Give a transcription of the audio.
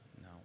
No